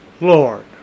Lord